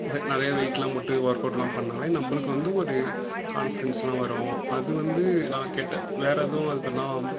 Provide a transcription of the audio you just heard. நிறைய வெய்ட்லாம் போட்டு ஒர்க்கவுட்லாம் பண்ணாலே நம்மளுக்கு வந்து ஒரு கான்ஃபிடெண்ட்ஸுலாம் வரும் அது வந்து நான் கெட்ட வேறு எதுவும் அது பண்ணாம